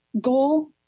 goal